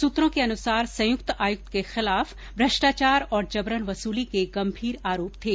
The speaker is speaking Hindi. सूत्रों के अनुसार संयुक्त आयुक्त के खिलाफ भ्रष्टाचार और जबरन वसूली के गम्भीर आरोप थे